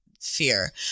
fear